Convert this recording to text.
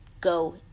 go